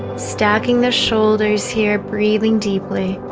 stacking the shoulders here breathing deeply